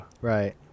Right